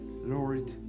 Lord